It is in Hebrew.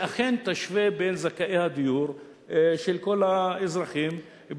שאכן תשווה בין כל האזרחים זכאי הדיור,